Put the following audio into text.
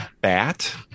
bat